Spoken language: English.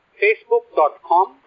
facebook.com